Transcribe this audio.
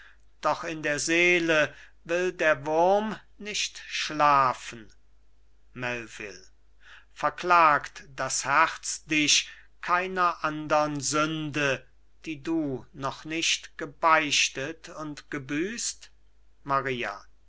doch in der seele will der wurm nicht schlafen melvil verklagt das herz dich keiner andern sünde die du noch nicht gebeichtet und gebüßt maria